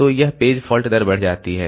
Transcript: तो यह page fault दर बढ़ जाती है